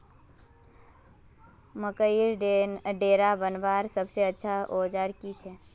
मकईर डेरा बनवार सबसे अच्छा औजार की छे?